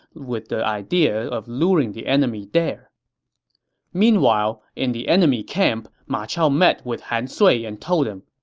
with the idea of luring the enemy there meanwhile, in the enemy camp, ma chao met with han sui and told him,